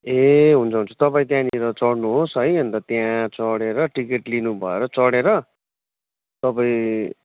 ए हुन्छ हुन्छ तपाईँ त्यहाँनिर चढ्नुहोस् है अन्त त्यहाँ चढेर टिकट लिनु भएर चढेर तपाईँ